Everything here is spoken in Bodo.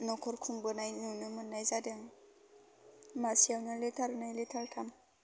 न'खर खुंबोनाय नुनो मोननाय जादों मासेयावनो लिटारनै लिटारथाम